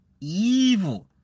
evil